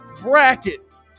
bracket